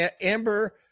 Amber